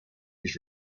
his